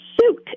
suit